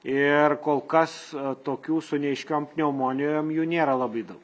ir kol kas tokių su neaiškiom pneumonijom jų nėra labai daug